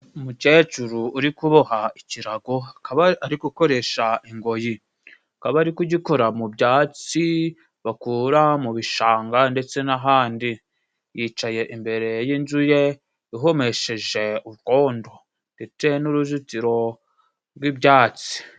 Umucecuru uri kuboha ikirago, akaba ari gukoresha ingoyi. Akaba ari kugikura mu byatsi bakura mu bishanga ndetse n'ahandi. Yicaye imbere y'inzu ye ihomesheje urwondo ndetse n'uruzitiro rw'ibyatsi.